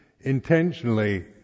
intentionally